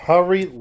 Hurry